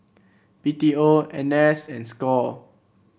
B T O N S and Score